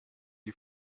you